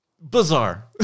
Bizarre